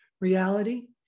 reality